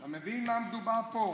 אתה מבין על מה מדובר פה?